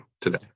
today